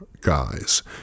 guys